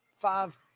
Five